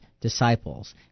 disciples